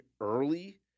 early